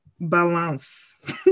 balance